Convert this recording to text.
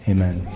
Amen